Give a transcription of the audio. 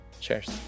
Cheers